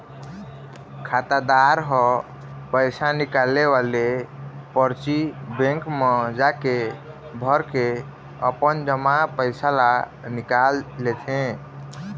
खातादार ह पइसा निकाले वाले परची बेंक म जाके भरके अपन जमा पइसा ल निकाल लेथे